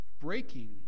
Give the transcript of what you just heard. breaking